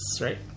Right